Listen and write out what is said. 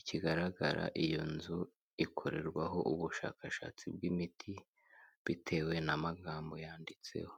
ikigaragara iyo nzu ikorerwaho ubushakashatsi bw'imiti bitewe n'amagambo yanditseho.